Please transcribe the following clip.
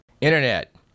Internet